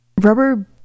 Rubber